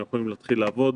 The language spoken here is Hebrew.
הם יכולים להתחיל לעבוד.